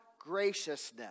graciousness